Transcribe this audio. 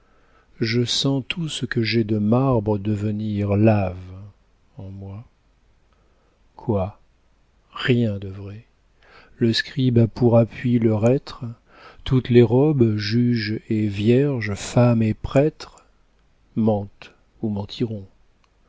je sens tout ce que j'ai de marbre devenir lave en moi quoi rien de vrai le scribe a pour appui le reître toutes les robes juge et vierge femme et prêtre mentent ou mentiront